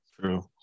True